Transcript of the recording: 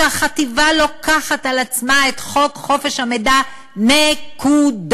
שהחטיבה לוקחת על עצמה את חוק חופש המידע, נקודה?